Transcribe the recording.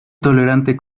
tolerante